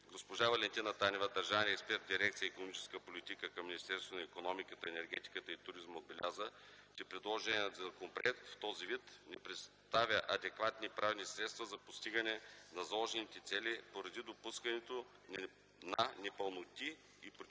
Госпожа Валентина Танева, държавен експерт в дирекция „Икономическа политика” към Министерството на икономиката, енергетиката и туризма, отбеляза, че предложеният законопроект в този вид не предоставя адекватни правни средства за постигане на заложените цели поради допускането на непълноти и противоречия